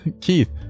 Keith